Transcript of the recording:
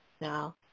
Now